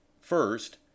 First